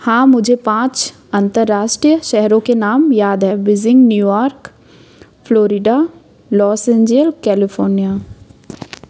हाँ मुझे पाँच अंतर्राष्ट्रीय शहरों के नाम याद है Beijing New York Florida Los Angeles California